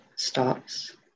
stops